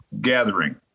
gathering